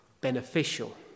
beneficial